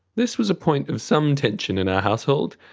this was a point of some tension in our household,